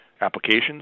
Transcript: applications